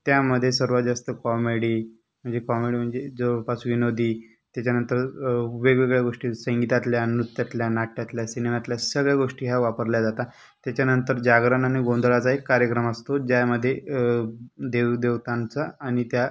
त्यामध्ये सर्वात जास्त काॅमेडी म्हणजे कॉमेडी म्हणजे जवळपास विनोदी त्याच्यानंतर वेगवेगळ्या गोष्टी संगीतातल्या नृत्यातल्या नाट्यातल्या सिनेमातल्या सगळ्या गोष्टी ह्या वापरल्या जातात त्याच्यानंतर जागरण आणि गोंधळाचा एक कार्यक्रम असतो ज्यामध्ये देवदेवतांचा आणि त्या